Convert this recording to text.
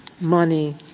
money